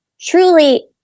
truly